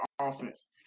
offense